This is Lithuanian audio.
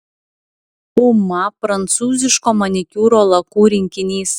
uma prancūziško manikiūro lakų rinkinys